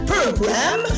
Program